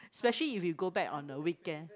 specially if we go back on the weekend